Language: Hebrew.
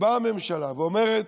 באה הממשלה ואומרת: